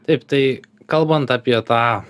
taip tai kalbant apie tą